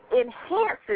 enhances